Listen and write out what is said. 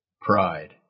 pride